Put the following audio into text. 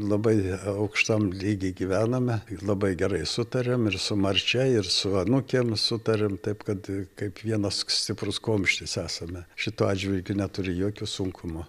labai aukštam lygy gyvename ir labai gerai sutariam ir su marčia ir su anūkėm sutariam taip kad kaip vienas stiprus kumštis esame šituo atžvilgiu neturiu jokio sunkumo